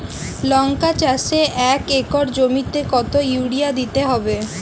লংকা চাষে এক একর জমিতে কতো ইউরিয়া দিতে হবে?